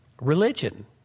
religion